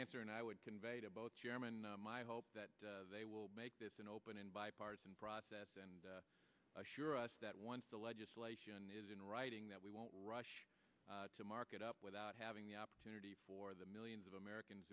answer and i would convey to both chairman my hope that they will make this an open and bipartisan process and assure us that once the legislation is in writing that we won't rush to market up without having the opportunity for the millions of americans